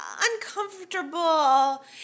uncomfortable